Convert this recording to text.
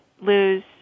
lose